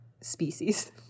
species